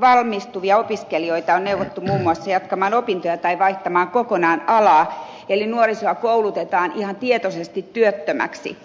valmistuvia opiskelijoita on neuvottu muun muassa jatkamaan opintoja tai vaihtamaan kokonaan alaa eli nuorisoa koulutetaan ihan tietoisesti työttömäksi